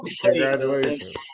congratulations